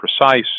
precise